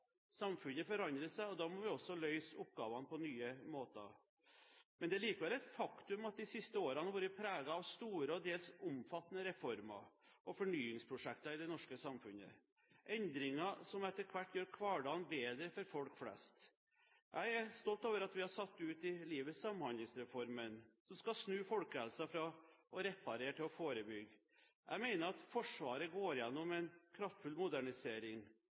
Samfunnet forandrer seg, og da må vi også løse oppgavene på nye måter. Men det er likevel et faktum at de siste årene har vært preget av store og dels omfattende reformer og fornyingsprosjekter i det norske samfunnet, endringer som etter hvert gjør hverdagen bedre for folk flest. Jeg er stolt over at vi har satt Samhandlingsreformen ut i livet, en reform som skal snu folkehelsen fra å reparere til å forebygge. Jeg mener at Forsvaret går gjennom en kraftfull modernisering,